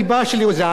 כמעט הייתי אומר.